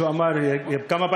בבקשה, אדוני.